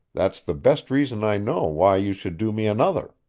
that's the best reason i know why you should do me another.